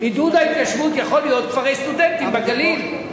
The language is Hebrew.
עידוד ההתיישבות יכול להיות כפרי סטודנטים בגליל.